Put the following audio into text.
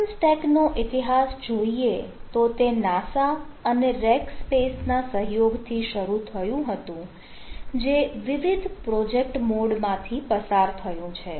open સ્ટેકનો ઇતિહાસ જોઇએ તો તે NASA અને Rackspace ના સહયોગથી શરૂ થયું હતું જે વિવિધ પ્રોજેક્ટ મોડ માંથી પસાર થયું છે